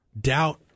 Doubt